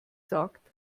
sagt